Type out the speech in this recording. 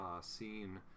scene